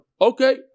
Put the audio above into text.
Okay